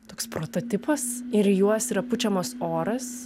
toks prototipas ir į juos yra pučiamas oras